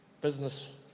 business